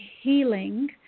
healing